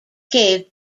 gave